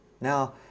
Now